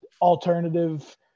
alternative